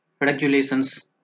regulations